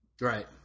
Right